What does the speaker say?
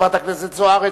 חברת הכנסת זוארץ,